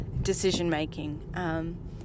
decision-making